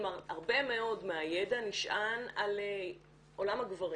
כלומר הרבה מאוד מהידע נשען על עולם הגברים